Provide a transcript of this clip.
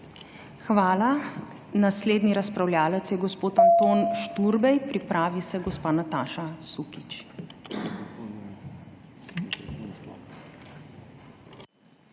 Hvala. Naslednji razpravljavec je gospod Anton Šturbej. Pripravi se gospa Nataša Sukič.